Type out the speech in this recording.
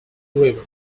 river